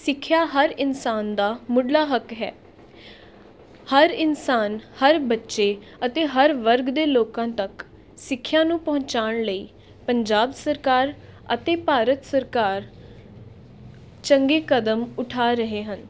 ਸਿੱਖਿਆ ਹਰ ਇਨਸਾਨ ਦਾ ਮੁੱਢਲਾ ਹੱਕ ਹੈ ਹਰ ਇਨਸਾਨ ਹਰ ਬੱਚੇ ਅਤੇ ਹਰ ਵਰਗ ਦੇ ਲੋਕਾਂ ਤੱਕ ਸਿੱਖਿਆ ਨੂੰ ਪਹੁੰਚਾਉਣ ਲਈ ਪੰਜਾਬ ਸਰਕਾਰ ਅਤੇ ਭਾਰਤ ਸਰਕਾਰ ਚੰਗੇ ਕਦਮ ਉਠਾ ਰਹੇ ਹਨ